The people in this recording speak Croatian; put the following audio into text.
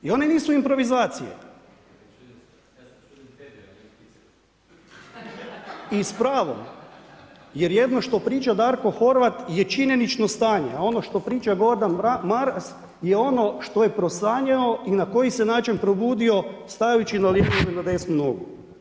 I one nisu improvizacije. … [[Upadica se ne čuje.]] I s pravom jer jedno što priča Darko Horvat je činjenično stanje, a ono što priča Gordan Maras je ono što je prosanjao i na koji se način probudio stajući na lijevu ili na desnu nogu.